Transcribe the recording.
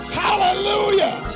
hallelujah